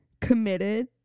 committed